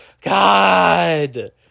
God